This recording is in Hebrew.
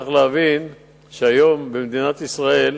צריך להבין שהיום במדינת ישראל